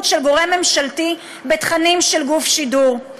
של גורם ממשלתי בתכנים של גוף שידור,